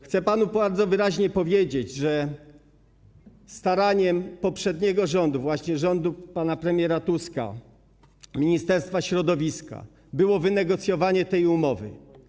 Chcę panu bardzo wyraźnie powiedzieć, że staraniem poprzedniego rządu, właśnie rządu pana premiera Tuska, Ministerstwa Środowiska, było wynegocjowanie tej umowy.